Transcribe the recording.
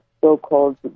so-called